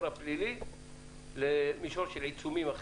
הפלילי למישור של עיצומים אחרים.